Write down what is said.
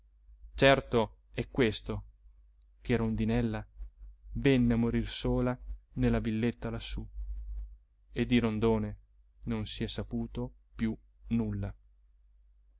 certo è questo che rondinella venne a morir sola nella villetta lassù e di rondone non si è saputo più nulla